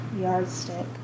yardstick